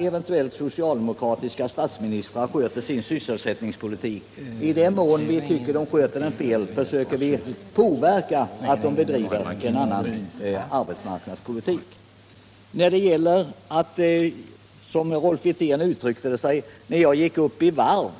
eventuellt socialdemokratiska statsministrar i andra länder sköter sin sysselsättningspolitik. I den mån vi tycker att de sköter den fel försöker vi påverka dem att bedriva en annan arbetsmarknadspolitik. Rolf Wirtén använde uttrycket att jag gick upp i varv.